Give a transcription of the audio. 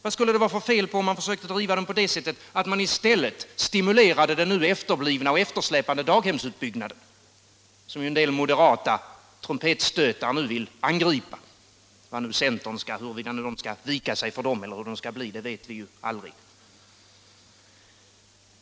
Vad skulle det vara för fel på att i stället stimulera den efterblivna och eftersläpande daghemsutbyggnaden, som en del moderata trumpetstötar nu angriper — om centern skall vika sig för dem eller ej vet man aldrig.